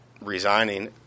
resigning